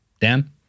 Dan